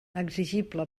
exigible